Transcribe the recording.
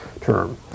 term